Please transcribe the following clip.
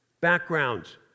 backgrounds